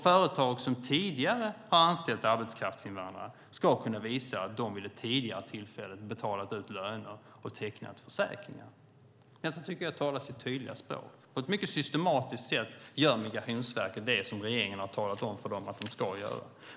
Företag som tidigare har anställt arbetskraftsinvandrare ska kunna visa att de vid det tidigare tillfället betalat ut löner och tecknat försäkringar. Jag tycker att det talar sitt tydliga språk. På ett mycket systematiskt sätt gör Migrationsverket det som regeringen har talat om för dem att de ska göra.